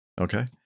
Okay